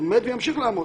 עומד וימשיך לעמוד.